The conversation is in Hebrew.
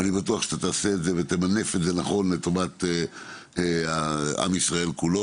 ואני בטוח שאתה תעשה את זה ותמנף את זה נכון לטובת עם ישראל כולו,